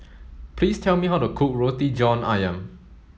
please tell me how to cook Roti John Ayam